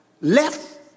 left